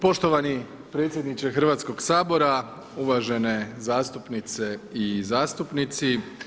Poštovani predsjedniče Hrvatskoga sabora, uvažene zastupnice i zastupnici.